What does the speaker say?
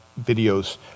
videos